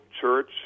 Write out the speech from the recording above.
church